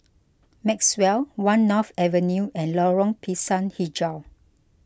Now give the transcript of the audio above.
Maxwell one North Avenue and Lorong Pisang HiJau